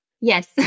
Yes